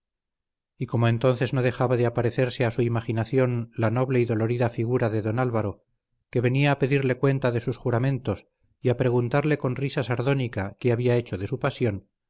y como entonces no dejaba de aparecerse a su imaginación la noble y dolorida figura de don álvaro que venía a pedirle cuenta de sus juramentos y a preguntarle con risa sardónica qué había hecho de su pasión